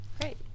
Great